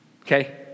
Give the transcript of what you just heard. Okay